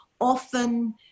often